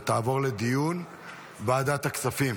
ותעבור לדיון בוועדת הכספים